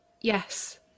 Yes